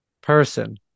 person